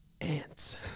Ants